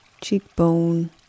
cheekbone